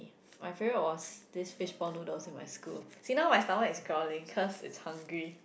my favourite was this fishball noodles in my school see now my stomach is growling cause it's hungry